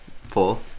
Four